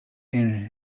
and